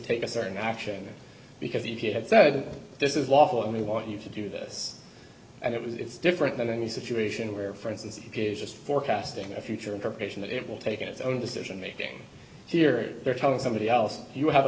take a certain action because if you had said this is lawful and we want you to do this and it was it's different than any situation where for instance just forecasting a future interpretation of it will take its own decision making here they're telling somebody else you have